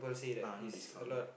ah no discount